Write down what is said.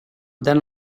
then